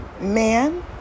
man